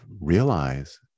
realize